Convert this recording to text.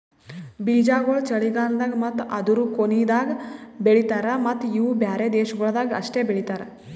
ಬೀಜಾಗೋಳ್ ಚಳಿಗಾಲ್ದಾಗ್ ಮತ್ತ ಅದೂರು ಕೊನಿದಾಗ್ ಬೆಳಿತಾರ್ ಮತ್ತ ಇವು ಬ್ಯಾರೆ ದೇಶಗೊಳ್ದಾಗ್ ಅಷ್ಟೆ ಬೆಳಿತಾರ್